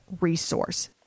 resource